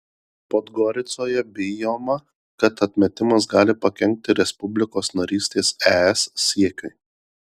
podgoricoje bijoma kad atmetimas gali pakenkti respublikos narystės es siekiui